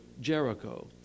Jericho